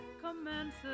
commences